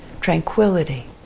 tranquility